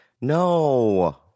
No